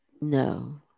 no